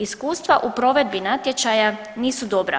Iskustva u provedbi natječaja nisu dobra.